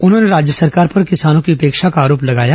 उन्होंने राज्य सरकार पर किसानों की उपेक्षा का आरोप लगाया